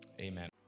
amen